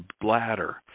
bladder